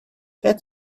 that